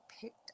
picked